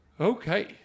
Okay